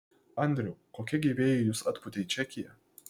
andriau kokie gi vėjai jus atpūtė į čekiją